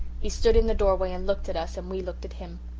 he stood in the doorway and looked at us and we looked at him.